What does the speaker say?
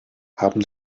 haben